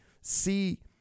see